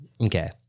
Okay